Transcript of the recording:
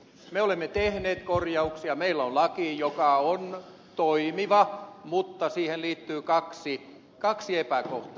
me olemme tehneet korjauksia meillä on laki joka on toimiva mutta siihen liittyy kaksi epäkohtaa